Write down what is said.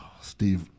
Steve